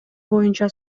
боюнча